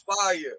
fire